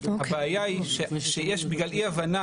הבעיה היא שיש בגלל אי הבנה,